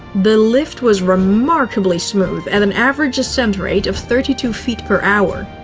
the lift was remarkably smooth at an average ascent rate of thirty two feet per hour.